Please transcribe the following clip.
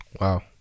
Wow